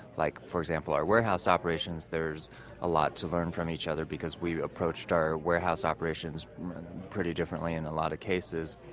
like for example, our warehouse operations, there's a lot to learn from each other, because we approached our warehouse operations pretty differently in a lot of cases.